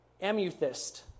amethyst